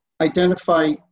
identify